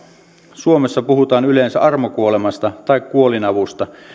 suomessa puhutaan yleensä armokuolemasta tai kuolinavusta